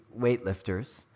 weightlifters